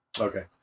Okay